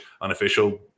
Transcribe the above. unofficial